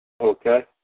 okay